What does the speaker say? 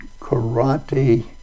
karate